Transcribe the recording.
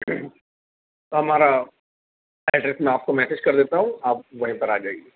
ہمارا ایڈریس میں آپ کو میسج کر دیتا ہوں آپ وہیں پر آ جائیے